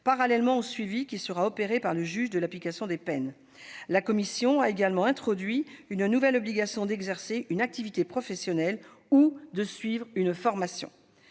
parallèlement au suivi qui sera opéré par le juge de l'application des peines. La commission a également introduit une nouvelle obligation d'exercer une activité professionnelle ou de suivre une formation.